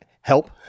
help